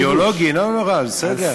אידיאולוגי, לא נורא, בסדר, מה.